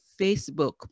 Facebook